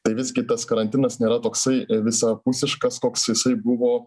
tai visgi tas karantinas nėra toksai visapusiškas koks jisai buvo